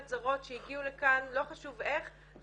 זרות שהגיעו לכאן לא חשוב איך --- חשוב מאוד איך.